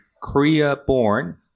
Korea-born